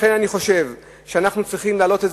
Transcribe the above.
לכן אני חושב שאנחנו צריכים להעלות את